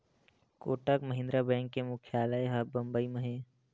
Kotak Mahindra bank के मुख्यालय ह बंबई म हे